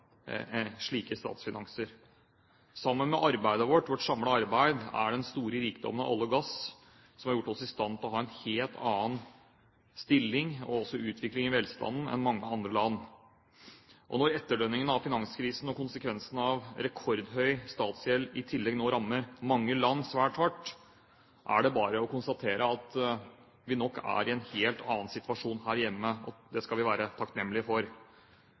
slike statsfinanser. Sammen med vårt samlede arbeid er det den store rikdommen fra olje og gass som har gjort oss i stand til å være i en helt annen stilling og å ha en helt annen utvikling i velstanden enn mange andre land. Når etterdønningen etter finanskrisen og konsekvensene av rekordhøy statsgjeld i tillegg nå rammer mange land svært hardt, er det bare å konstatere at vi nok er i en helt annen situasjon her hjemme. Det skal vi være takknemlige for.